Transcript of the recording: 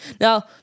Now